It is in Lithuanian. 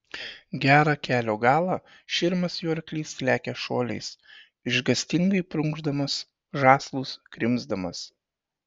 gerą kelio galą širmas jų arklys lekia šuoliais išgąstingai prunkšdamas žąslus krimsdamas